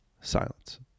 Silence